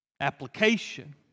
Application